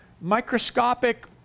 microscopic